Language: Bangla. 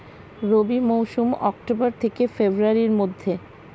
রবি মৌসুম অক্টোবর থেকে ফেব্রুয়ারির মধ্যে